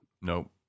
Nope